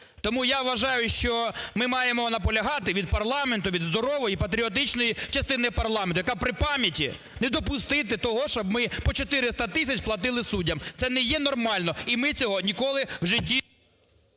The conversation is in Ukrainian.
Тому, я вважаю, що ми маємо наполягати від парламенту, від здорової, патріотичної частини парламенту, яка при пам'яті, не допустити того, щоб ми по 400 тисяч платили суддям. Це не є нормально, і ми цього ніколи в житті… ГОЛОВУЮЧИЙ.